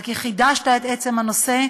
על שחידשת בפני את עצם הנושא,